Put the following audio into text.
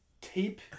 tape